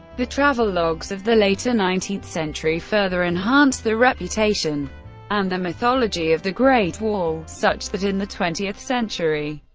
the travelogues of the later nineteenth century further enhanced the reputation and the mythology of the great wall, such that in the twentieth century,